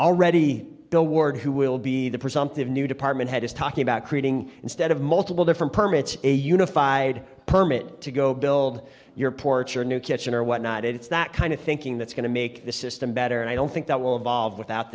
already bill ward who will be the presumptive new department head is talking about creating instead of multiple different permits a unified permit to go build your porch or a new kitchen or whatnot it's that kind of thinking that's going to make the system better and i don't think that will evolve without